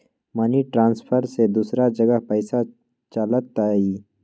Money transfer से दूसरा जगह पईसा चलतई?